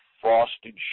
frosted